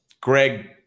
Greg